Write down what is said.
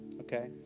okay